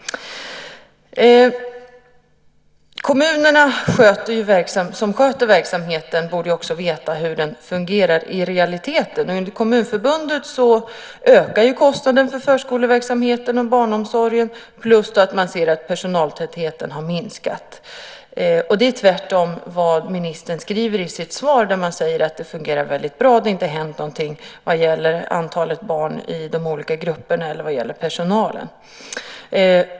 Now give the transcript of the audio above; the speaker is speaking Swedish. Kommunerna som sköter verksamheten borde också veta hur den fungerar i realiteten. Enligt Kommunförbundet ökar kostnaden för förskoleverksamheten och barnomsorgen plus att man ser att personaltätheten har minskat. Det är tvärtom mot vad ministern skriver i sitt svar. Där säger hon att det fungerar väldigt bra och att det inte hänt någonting vad gäller antalet barn i de olika grupperna eller vad gäller personalen.